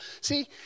See